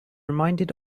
reminded